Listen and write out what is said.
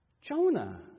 Jonah